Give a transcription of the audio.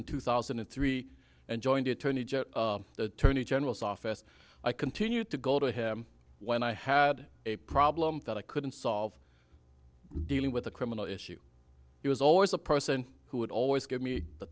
in two thousand and three and joined the attorney general attorney general's office i continued to go to him when i had a problem that i couldn't solve dealing with a criminal issue he was always a person who would always give me the